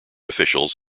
officials